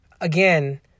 again